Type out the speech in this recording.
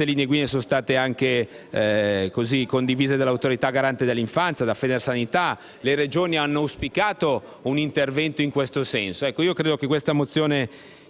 Tali linee guida sono state anche condivise dall'Autorità garante per l'infanzia e da Federsanità; le Regioni hanno auspicato un intervento in questo senso.